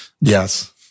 Yes